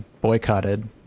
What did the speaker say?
boycotted